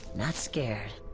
not scared.